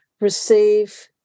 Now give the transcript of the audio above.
receive